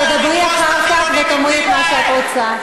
את תדברי אחר כך ותאמרי את מה שאת רוצה.